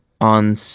on